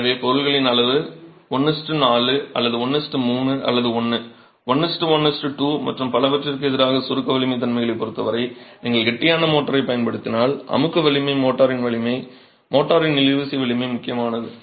எனவே பொருள்களின் அளவு 14 அல்லது 13 அல்லது 1 112 மற்றும் பலவற்றிற்கு எதிராக சுருக்க வலிமை தன்மைகளைப் பொறுத்த வரையில் நீங்கள் கெட்டியான மோர்டாரைப் பயன்படுத்தினால் அமுக்கு வலிமை மோர்டாரின் வலிமை மோர்டாரின் இழுவிசை வலிமை முக்கியமானது